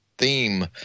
Theme